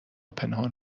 پنهان